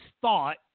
thought